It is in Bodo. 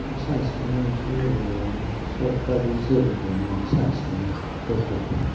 सानस्रिनोल' सरखारनि जेबो गैया नामा दैखरफोरखौ